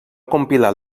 compilar